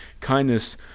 kindness